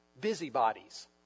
busybodies